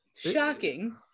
Shocking